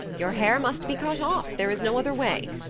your hair must be cut off there is no other way.